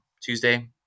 Tuesday